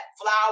flower